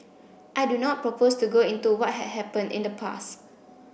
I do not propose to go into what had happened in the past